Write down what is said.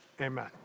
amen